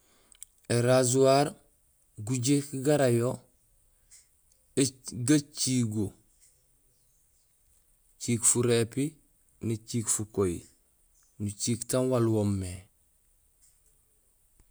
Ērajuhar gujéék gara yo gacigo; éciik furépi, néciik fukoyi, nuciik taan waal woomé